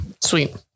Sweet